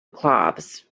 cloths